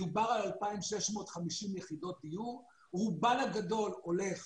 מדובר על 2,650 יחידות דיור, רובן הגדול הולך